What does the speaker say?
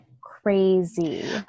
Crazy